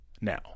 Now